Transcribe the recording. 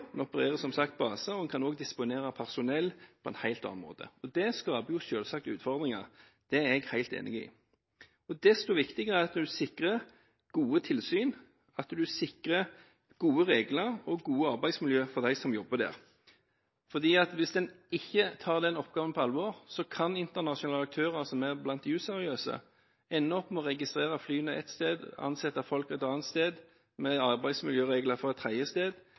En opererer som sagt baser, og en kan også disponere personell på en helt annen måte. Det skaper selvsagt utfordringer – det er jeg helt enig i. Desto viktigere er det at en sikrer gode tilsyn, og at en sikrer gode regler og gode arbeidsmiljø for dem som jobber der. Hvis en ikke tar den oppgaven på alvor, kan internasjonale aktører som er blant de useriøse, ende opp med å registrere flyene ett sted, ansette folk et annet sted, med arbeidsmiljøregler fra et tredje sted